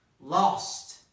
lost